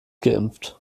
geimpft